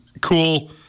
cool